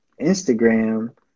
Instagram